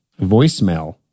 voicemail